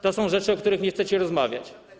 To są rzeczy, o których nie chcecie rozmawiać.